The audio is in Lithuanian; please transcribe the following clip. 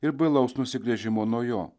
ir bailaus nusigręžimo nuo jo